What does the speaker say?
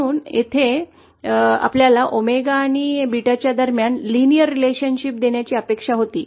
म्हणून येथे आपल्याला 𝝎 आणि 𝜷 दरम्यान लिनियर रिलेशन देण्याची अपेक्षा होती